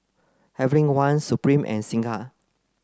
Heavenly Wang Supreme and Singha